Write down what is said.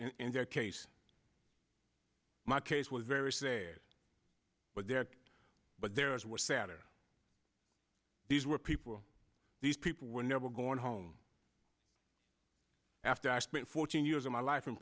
in their case my case was very sad but there but there is was satir these were people these people were never going home after i spent fourteen years of my life in